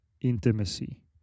Intimacy